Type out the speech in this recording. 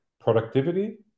productivity